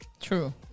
True